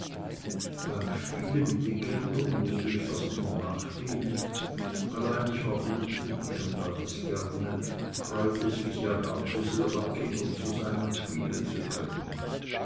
beim spielen mit den kindern mußte ich fast immer nachgeben allein ich war gutmütig und tat es gerne freute es mich ja gar zu sehr bei kindern zu sein und spielen zu können